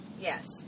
Yes